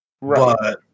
Right